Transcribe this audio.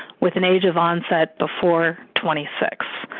with an age of onset before twenty six.